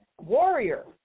warrior